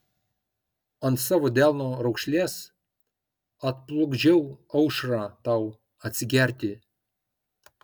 ant savo delno raukšlės atplukdžiau aušrą tau atsigerti